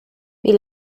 wie